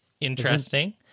interesting